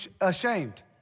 ashamed